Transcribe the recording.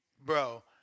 Bro